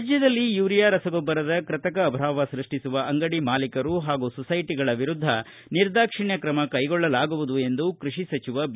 ರಾಜ್ಯದಲ್ಲಿ ಯುರಿಯಾ ರಸಗೊಬ್ಬರದ ಕೃತಕ ಅಭಾವ ಸೃಷ್ಷಿಸುವ ಅಂಗಡಿ ಮಾಲೀಕರು ಹಾಗೂ ಸೊಸೈಟಿಗಳ ವಿರುದ್ದ ನಿರ್ದಾಕ್ಷಿಣ್ಯ ಕ್ರಮ ಕೈಗೊಳ್ಳಲಾಗುವುದು ಎಂದು ಕೃಷಿ ಸಚಿವ ಬಿ